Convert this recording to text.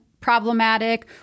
problematic